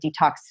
detox